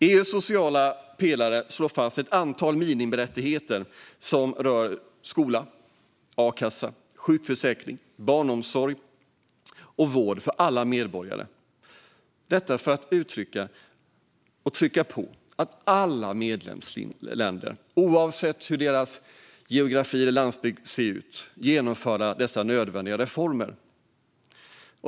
EU:s sociala pelare slår fast ett antal minimirättigheter som rör skola, a-kassa, sjukförsäkring, barnomsorg och vård för alla medborgare. Detta för att trycka på för att alla medlemsländer, oavsett hur deras geografi och landsbygd ser ut, ska genomföra dessa nödvändiga reformer.